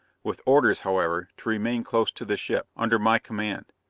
with orders, however, to remain close to the ship, under my command.